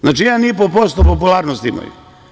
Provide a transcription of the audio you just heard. Znači, 1,5% popularnosti imaju.